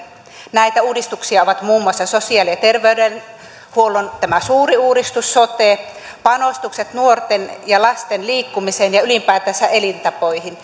näitä uudistuksia ovat muun muassa tämä sosiaali ja terveydenhuollon suuri uudistus sote panostukset nuorten ja lasten liikkumiseen ja ylipäätänsä elintapoihin